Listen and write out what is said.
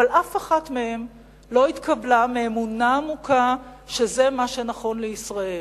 אבל אף אחת מהן לא התקבלה מאמונה עמוקה שזה מה שנכון לישראל.